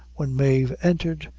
when mave entered,